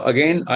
Again